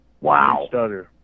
Wow